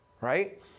right